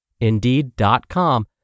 Indeed.com